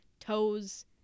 toes